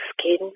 skin